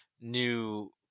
new